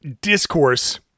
discourse